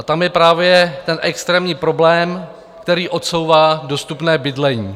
Tam je právě extrémní problém, který odsouvá dostupné bydlení.